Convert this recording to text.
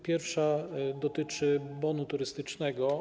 Pierwsza dotyczy bonu turystycznego.